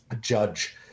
judge